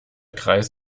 kreis